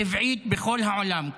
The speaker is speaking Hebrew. טבעית בכל העולם.